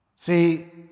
See